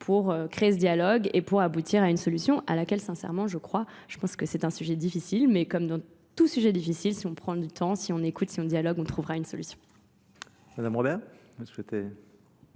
pour créer ce dialogue et pour aboutir à une solution à laquelle, sincèrement, je crois, je pense que c'est un sujet difficile. Mais comme dans tout sujet difficile, si on prend du temps, si on écoute, si on dialogue, on trouvera une solution. Madame Robert, vous souhaitez...